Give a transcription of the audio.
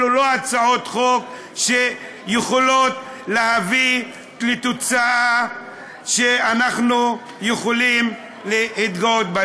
אלו לא הצעות חוק שיכולות להביא לתוצאה שאנחנו יכולים להתגאות בה.